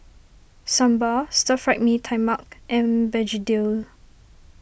Sambal Stir Fried Mee Tai Mak and Begedil